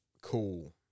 Cool